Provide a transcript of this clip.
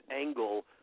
angle